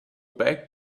back